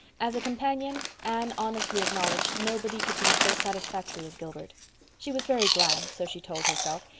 as a companion, anne honestly acknowledged nobody could be so satisfactory as gilbert she was very glad, so she told herself,